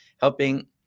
helping